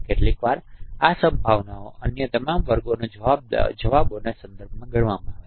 કેટલીકવાર આ સંભાવના અન્ય તમામ વર્ગોના જવાબોના સંદર્ભમાં ગણવામાં આવે છે